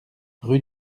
rue